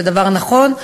זה דבר נכון.